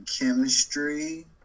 chemistry